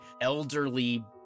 elderly